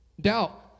Doubt